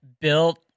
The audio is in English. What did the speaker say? built